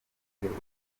ndetse